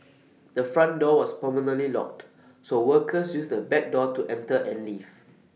the front door was permanently locked so workers used the back door to enter and leave